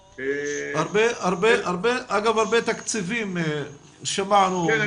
אגב, הרבה תקציבים, שמענו, וחבל.